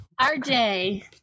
RJ